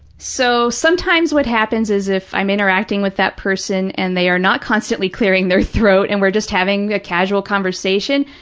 so, sometimes what happens is, if i'm interacting with that person and they are not constantly clearing their throat and we're just having a casual conversation,